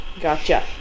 Gotcha